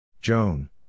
Joan